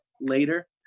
later